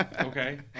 Okay